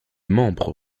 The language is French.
membres